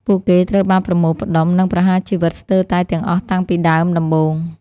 ពួកគេត្រូវបានប្រមូលផ្តុំ និងប្រហារជីវិតស្ទើរតែទាំងអស់តាំងពីដើមដំបូង។